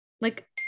Like-